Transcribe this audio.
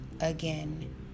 again